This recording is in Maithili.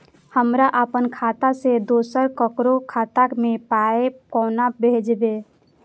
हमरा आपन खाता से दोसर ककरो खाता मे पाय कोना भेजबै?